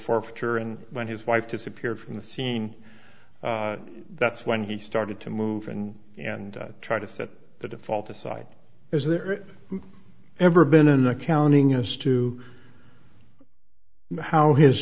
and when his wife disappeared from the scene that's when he started to move in and try to set the default aside is there ever been an accounting as to how his